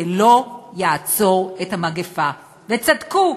זה לא יעצור את המגפה, וצדקו,